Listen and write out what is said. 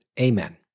Amen